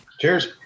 Cheers